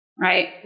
right